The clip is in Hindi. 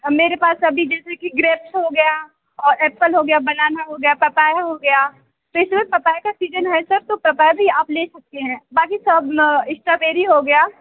मेरे पास अभी जैसे की ग्रेप्स हो गया और एप्पल हो गया बनाना हो गया पपाया हो गया वैसे भी पपाया का सीजन है सर तो पपाया भी आप ले सकते हैं बाकि सब न स्ट्रॉबेरी हो गया